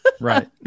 Right